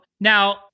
Now